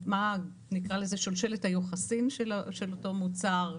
נקרא לזה את שרשרת היוחסין של אותו מוצר,